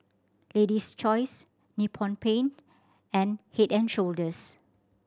Lady's Choice Nippon Paint and Head and Shoulders